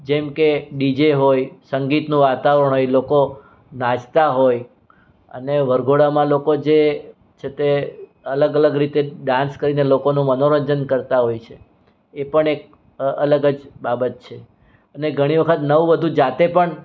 જેમકે ડીજે હોય સંગીતનુ વાતાવરણ હોય લોકો નાચતા હોય અને વરઘોડામાં લોકો જે છે તે અલગ અલગ રીતે ડાન્સ કરીને લોકોનું મનોરંજન કરતા હોય છે એ પણ એક અલગ જ બાબત છે અને ઘણી વખત નવ વધુ જાતે પણ